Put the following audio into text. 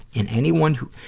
and anyone who,